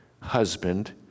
husband